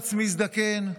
קמב"ץ מזדקן,